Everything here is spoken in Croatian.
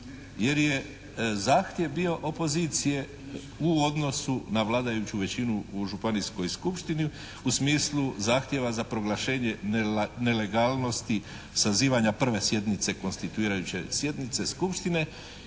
jer je zahtjev bio opozicije u odnosu na vladajuću većinu u županijskoj skupštini u smislu zahtjeva za proglašenje nelegalnosti sazivanja prve sjednice konstituirajuće sjednice skupštine